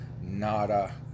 nada